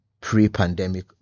pre-pandemic